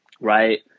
right